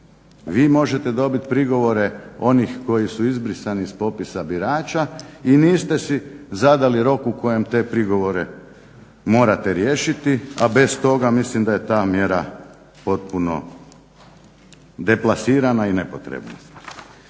Vi možete dobit prigovore onih koji su izbrisani s popisa birača i niste si zadali rok u kojem te prigovore morate riješiti, a bez toga mislim da je ta mjera potpuno deklasirana i nepotrebna.